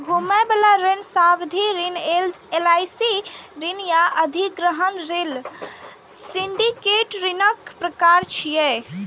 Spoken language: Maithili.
घुमै बला ऋण, सावधि ऋण, एल.सी ऋण आ अधिग्रहण ऋण सिंडिकेट ऋणक प्रकार छियै